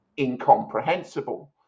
incomprehensible